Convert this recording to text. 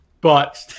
but-